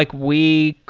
like we,